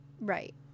Right